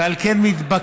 ועל כן מתבקש